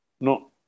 no